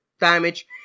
damage